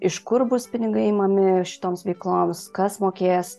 iš kur bus pinigai imami šitoms veikloms kas mokės